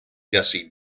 gussie